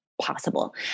possible